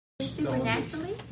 supernaturally